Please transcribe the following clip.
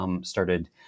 started